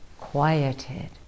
quieted